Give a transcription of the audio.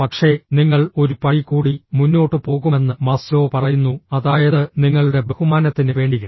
പക്ഷേ നിങ്ങൾ ഒരു പടി കൂടി മുന്നോട്ട് പോകുമെന്ന് മാസ്ലോ പറയുന്നു അതായത് നിങ്ങളുടെ ബഹുമാനത്തിന് വേണ്ടി